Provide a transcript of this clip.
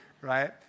right